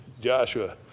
Joshua